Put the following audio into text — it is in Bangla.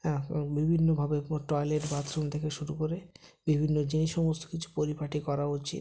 অ্যাঁ বিভিন্নভাবে কো টয়লেট বাথরুম থেকে শুরু করে বিভিন্ন যেই সমস্ত কিছু পরিপাটি করা উচিত